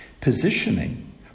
Positioning